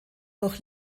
durch